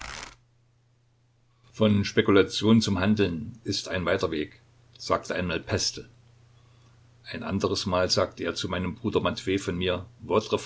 von spekulation zum handeln ist ein weiter weg sagte einmal pestel ein anderesmal sagte er meinem bruder matwej von mir